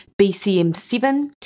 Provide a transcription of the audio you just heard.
BCM7